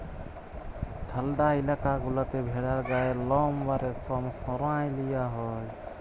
ঠাল্ডা ইলাকা গুলাতে ভেড়ার গায়ের লম বা রেশম সরাঁয় লিয়া হ্যয়